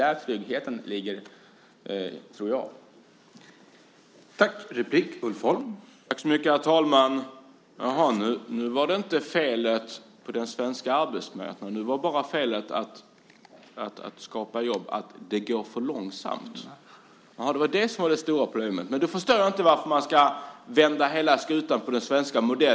Jag tror att det är där som tryggheten finns.